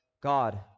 God